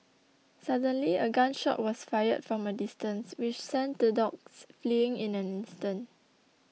suddenly a gun shot was fired from a distance which sent the dogs fleeing in an instant